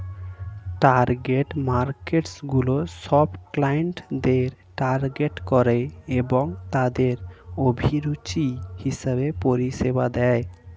target মার্কেটসগুলি সব ক্লায়েন্টদের টার্গেট করে এবং তাদের অভিরুচি হিসেবে পরিষেবা দেয়